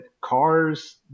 cars